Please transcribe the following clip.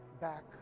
back